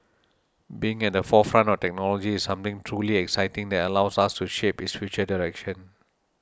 being at the forefront of technology is something truly exciting that allows us to shape its future direction